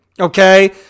Okay